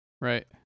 Right